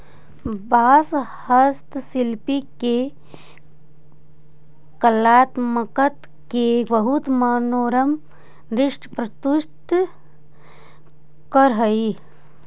बाँस हस्तशिल्पि के कलात्मकत के बहुत मनोरम दृश्य प्रस्तुत करऽ हई